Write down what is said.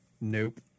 Nope